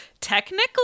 technically